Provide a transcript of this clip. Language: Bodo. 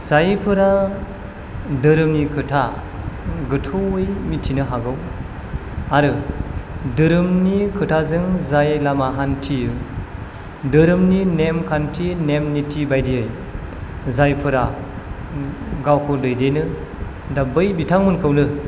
जायफोरा धोरोमनि खोथा गोथौवै मिथिनो हागौ आरो धोरोमनि खोथाजों जाय लामा हान्थियो धोरोमनि नेमखान्थि नेम निथि बादियै जायफोरा गावखौ दैदेनो दा बै बिथांमोनखौनो